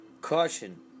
Caution